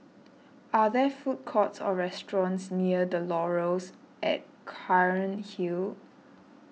are there food courts or restaurants near the Laurels at Cairnhill